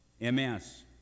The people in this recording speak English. MS